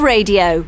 Radio